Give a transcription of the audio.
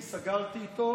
סגרתי איתו,